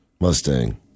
Mustang